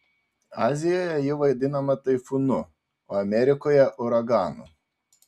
azijoje ji vadinama taifūnu amerikoje uraganu